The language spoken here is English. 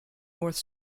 north